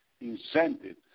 incentive